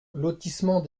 lotissement